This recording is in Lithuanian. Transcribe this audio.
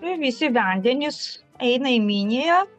nu ir visi vendenys eina į miniją